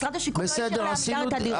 משרד השיכון לא אישר לעמידר את הדירות,